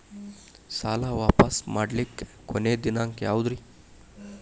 ಸಾಲಾ ವಾಪಸ್ ಮಾಡ್ಲಿಕ್ಕೆ ಕೊನಿ ದಿನಾಂಕ ಯಾವುದ್ರಿ?